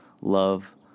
love